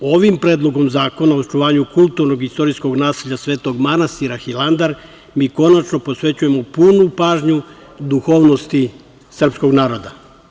Ovim Predlogom zakona o očuvanju kulturnog i istorijskog nasleđa Svetog manastira Hilandar mi konačno posvećujemo punu pažnju duhovnosti srpskog naroda.